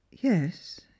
yes